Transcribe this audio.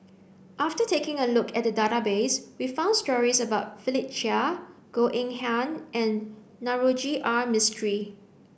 after taking a look at we found stories about Philip Chia Goh Eng Han and Navroji R Mistri